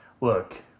look